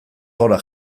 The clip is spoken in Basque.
gora